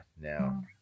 now